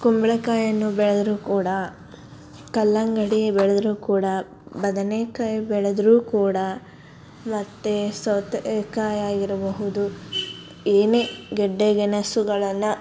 ಕುಂಬಳಕಾಯನ್ನು ಬೆಳೆದ್ರೂ ಕೂಡ ಕಲ್ಲಂಗಡಿ ಬೆಳೆದ್ರೂ ಕೂಡ ಬದನೆಕಾಯಿ ಬೆಳೆದ್ರೂ ಕೂಡ ಮತ್ತು ಸೌತೆಕಾಯಿ ಆಗಿರಬಹುದು ಏನೇ ಗೆಡ್ಡೆ ಗೆಣಸುಗಳನ್ನು